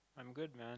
I'm good man